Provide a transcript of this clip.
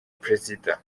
perezida